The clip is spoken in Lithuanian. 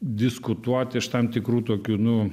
diskutuot iš tam tikrų tokių nu